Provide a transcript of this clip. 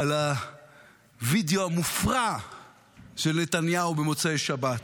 ועל הווידיאו המופרע של נתניהו במוצאי שבת,